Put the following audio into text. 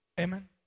Amen